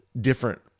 different